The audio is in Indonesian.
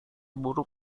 buruk